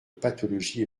pathologies